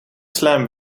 slam